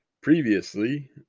Previously